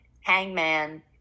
hangman